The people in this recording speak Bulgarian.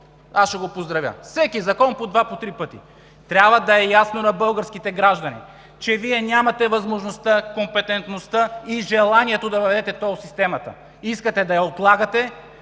ще го поздравя. Всеки закон – по два, по три пъти. Трябва да е ясно на българските граждани, че Вие нямате възможността, компетентността и желанието да въведете тол системата. Искате да я отлагате,